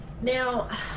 Now